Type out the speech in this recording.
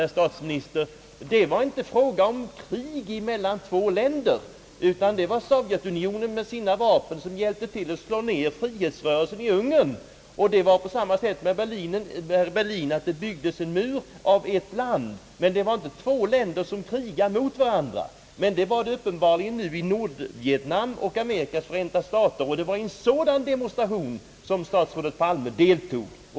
Här var det inte fråga om krig mellan två länder, utan det var Sovjetunionen som med sina vapen hjälpte till att slå ned frihetsrörelsen i Ungern. På samma sätt var det när det gäller Berlinmuren. Det byggdes en mur av ett land, men det var inte två länder som krigade mot varandra. Det är det däremot uppenbarligen i Vietnam. Och det var i en sådan demonstration som statsrådet Palme deltog.